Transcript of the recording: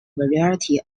variety